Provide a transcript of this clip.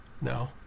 No